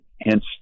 hence